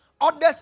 others